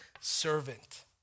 servant